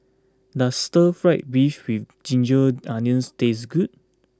does Stir Fry Beef with Ginger Onions taste good